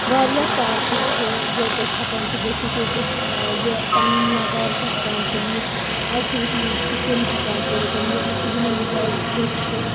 واریاہ پارکہٕ چھِ یوٚت أسۍ ہیٚکان چھِ گٔژھِتھ ییٚتہِ أسۍ یہِ پَنُن نظارٕ چھِ ہیٚکان تُلِتھ ایٚکٹِوِٹیٖز چھِ تِم ہیٚکان کٔرِتھ یِم یِمَن جایَن اَسہِ خۄش چھِ